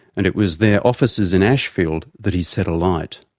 and it was their offices in ashfield that he set alight.